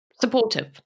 supportive